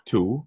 Two